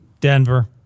Denver